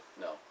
no